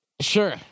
Sure